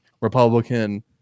Republican